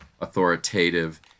authoritative